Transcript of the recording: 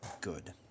good